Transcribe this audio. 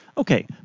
Okay